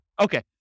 Okay